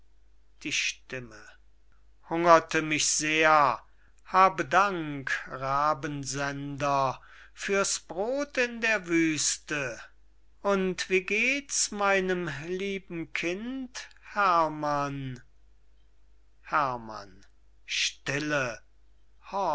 die stimme hungerte mich sehr habe dank rabensender fürs brod in der wüste und wie gehts meinem lieben kind herrmann herrmann stille